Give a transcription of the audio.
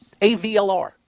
AVLR